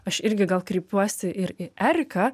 aš irgi gal kreipiuosi ir į eriką